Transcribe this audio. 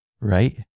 right